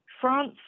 France